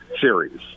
series